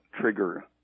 trigger